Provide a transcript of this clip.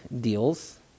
deals